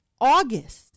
August